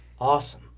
Awesome